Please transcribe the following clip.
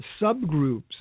subgroups